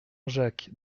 jacques